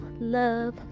love